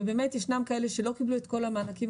ובאמת ישנם כאלה שלא קיבלו את כל המענקים,